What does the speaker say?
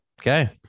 Okay